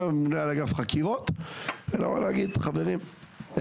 עם הממונה על אגף חקירות ולומר: חברים,